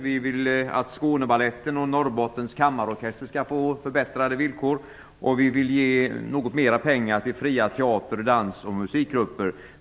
Vi vill att Skånebaletten och Norrbottens kammarorkester skall få förbättrade villkor, och vill ge litet mer pengar till fria teater-, dansoch musikgrupper.